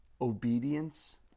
obedience